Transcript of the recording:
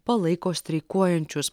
palaiko streikuojančius